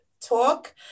talk